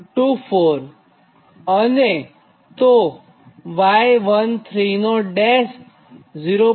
24 અને તો y13' 0